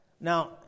Now